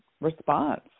response